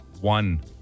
one